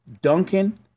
Duncan